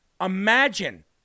Imagine